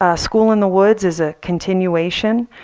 ah school in the woods is a continuation,